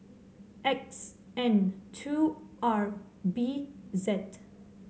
X N two R B Z